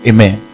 Amen